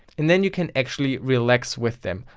and then you can actually relax with them,